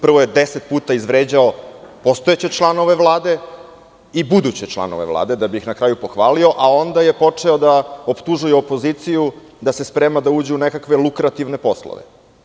Prvo je deset puta izvređao postojeće članove Vlade i buduće članove Vlade, da bi ih na kraju pohvalio, a onda je počeo da optužuje opoziciju da se sprema da uđe u nekakve lukrativne poslove.